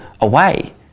away